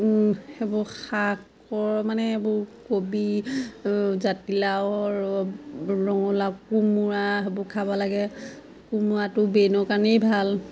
সেইবোৰ শাকৰ মানে এইবোৰ কবি জাতিলাও ৰঙালাও কোমোৰা সেইবোৰ খাব লাগে কোমোৰাটো ব্ৰেইনৰ কাৰণেই ভাল